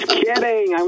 kidding